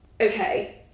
okay